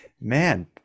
Man